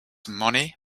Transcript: money